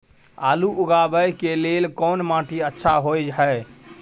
आलू उगाबै के लेल कोन माटी अच्छा होय है?